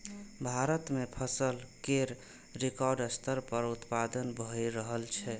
भारत मे फसल केर रिकॉर्ड स्तर पर उत्पादन भए रहल छै